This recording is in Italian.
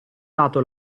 dato